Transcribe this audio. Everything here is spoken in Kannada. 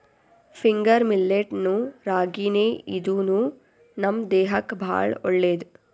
ಫಿಂಗರ್ ಮಿಲ್ಲೆಟ್ ನು ರಾಗಿನೇ ಇದೂನು ನಮ್ ದೇಹಕ್ಕ್ ಭಾಳ್ ಒಳ್ಳೇದ್